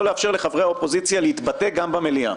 לאפשר לחברי האופוזיציה להתבטא גם במליאה.